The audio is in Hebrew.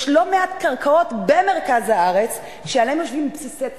יש לא מעט קרקעות במרכז הארץ שעליהן יושבים בסיסי צה"ל.